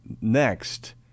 next